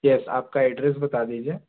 yes आपका address बता दीजिए